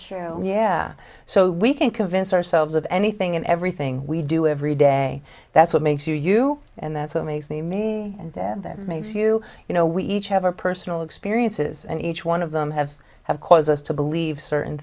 true yeah so we can convince ourselves of anything and everything we do every day that's what makes you you and that's what makes me me and that makes you you know we each have a personal experiences and each one of them have have cause us to believe certain